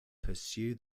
pursue